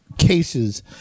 cases